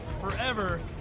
forever